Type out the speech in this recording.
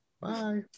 Bye